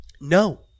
No